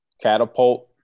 catapult